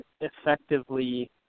effectively